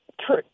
True